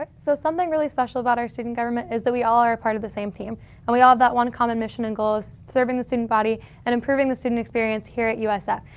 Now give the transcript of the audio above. like so, something special about our student government is that we all are a part of the same team and we all have that one common mission and goal is serving the student body and improving the student experience here at usf.